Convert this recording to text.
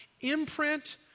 imprint